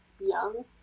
young